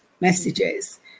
messages